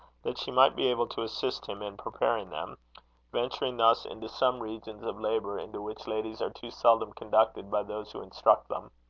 that she might be able to assist him in preparing them venturing thus into some regions of labour into which ladies are too seldom conducted by those who instruct them.